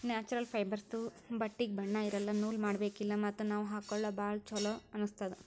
natural ಫೈಬರ್ಸ್ದು ಬಟ್ಟಿಗ್ ಬಣ್ಣಾ ಇರಲ್ಲ ನೂಲ್ ಮಾಡಬೇಕಿಲ್ಲ ಮತ್ತ್ ನಾವ್ ಹಾಕೊಳ್ಕ ಭಾಳ್ ಚೊಲೋ ಅನ್ನಸ್ತದ್